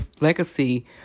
legacy